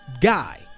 guy